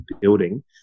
building